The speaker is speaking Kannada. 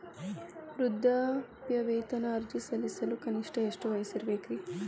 ವೃದ್ಧಾಪ್ಯವೇತನ ಅರ್ಜಿ ಸಲ್ಲಿಸಲು ಕನಿಷ್ಟ ಎಷ್ಟು ವಯಸ್ಸಿರಬೇಕ್ರಿ?